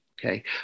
okay